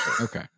Okay